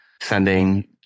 sending